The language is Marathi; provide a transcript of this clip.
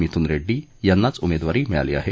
मिथुन रेङ्डी यांनाच उमेदवारी मिळाली आहे